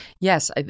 Yes